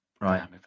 right